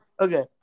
okay